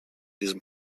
diesem